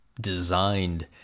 designed